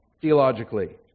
theologically